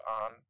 on